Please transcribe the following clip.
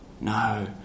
No